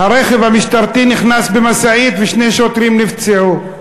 הרכב המשטרתי נכנס במשאית ושני שוטרים נפצעו.